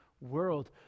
world